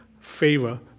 favor